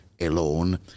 alone